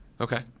Okay